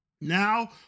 Now